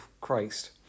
Christ